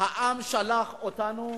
העם שלח אותנו